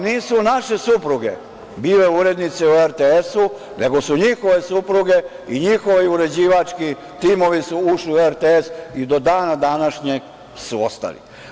Nisu naše supruge bile urednice u RTS-u, nego su njihove supruge i njihovi uređivački timovi su ušli u RTS i do dana današnjeg su ostali.